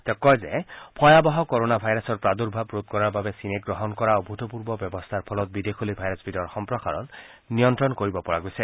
তেওঁ কয় যে ভয়াবহ কৰোণা ভাইৰাছৰ প্ৰদূৰ্ভাৱ ৰোধ কৰাৰ বাবে চীনে গ্ৰহণ কৰা অভূতপূৰ্ব ব্যৱস্থাৰ ফলত বিদেশলৈ ভাইৰাছবিধৰ সম্প্ৰসাৰণ নিয়ন্ত্ৰণ কৰিব পৰা গৈছে